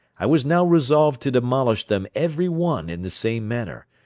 i was now resolved to demolish them every one in the same manner,